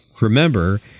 Remember